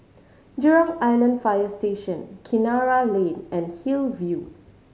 Jurong Island Fire Station Kinara Lane and Hillview